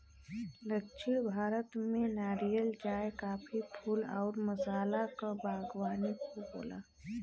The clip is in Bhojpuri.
दक्षिण भारत में नारियल, चाय, काफी, फूल आउर मसाला क बागवानी खूब होला